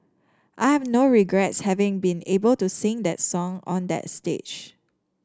I have no regrets having been able to sing that song on that stage